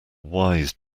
wise